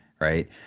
Right